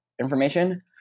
information